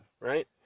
right